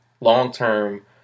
long-term